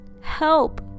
Help